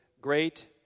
great